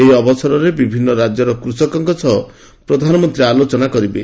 ଏହି ଅବସରରେ ବିଭିନ୍ନ ରାଜ୍ୟର କୃଷକଙ୍କ ସହ ପ୍ରଧାନମନ୍ତ୍ରୀ ଆଲୋଚନା କରିବେ